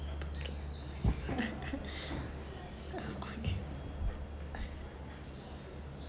okay